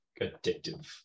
addictive